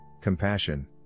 compassion